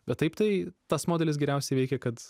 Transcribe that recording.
bet taip tai tas modelis geriausiai veikia kad